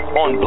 on